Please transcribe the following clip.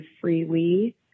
freely